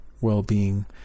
well-being